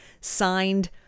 signed